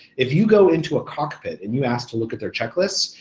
if you go into a cockpit and you ask to look at their checklists,